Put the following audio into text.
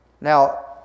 Now